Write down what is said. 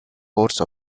course